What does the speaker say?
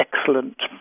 excellent